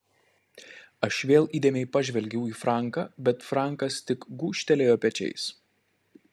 aš vėl įdėmiai pažvelgiau į franką bet frankas tik gūžtelėjo pečiais